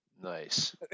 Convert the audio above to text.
Nice